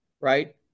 right